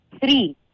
three